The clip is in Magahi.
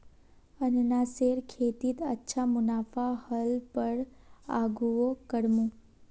अनन्नासेर खेतीत अच्छा मुनाफा ह ल पर आघुओ करमु